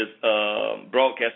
broadcast